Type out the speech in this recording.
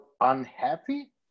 unhappy